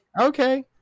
Okay